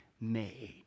made